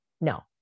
No